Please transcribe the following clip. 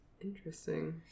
Interesting